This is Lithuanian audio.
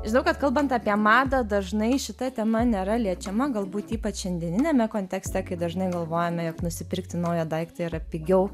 žinau kad kalbant apie madą dažnai šita tema nėra liečiama galbūt ypač šiandieniniame kontekste kai dažnai galvojame jog nusipirkti naują daiktą yra pigiau